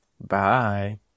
Bye